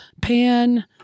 Pan